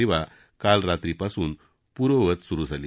सेवा काल रात्रीपासून पूर्ववत सुरु झाली